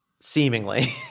Seemingly